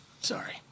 Sorry